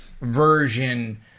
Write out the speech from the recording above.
version